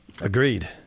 Agreed